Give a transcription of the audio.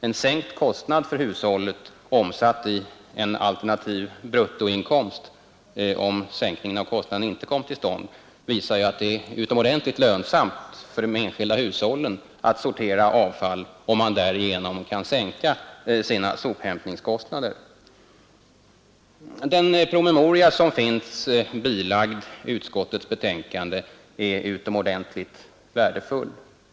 En sänkt kostnad för hushållet, omsatt i en alternativ bruttoinkomst, om sänkningen av kostnaden inte kommer till stånd, visar att det är synnerligen lönsamt för de enskilda hushållen att sortera avfall, om man därigenom kan sänka sina sophämtningskostnader. Den promemoria som finns bilagd i utskottets betänkande är utomordentligt värdefull.